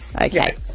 Okay